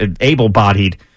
able-bodied